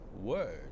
word